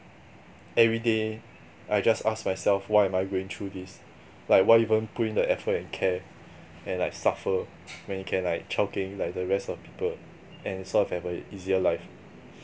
everyday I just ask myself why am I going through this like why even put in the effort and care and like suffer when you can like chao keng like the rest of people and sort of have a easier life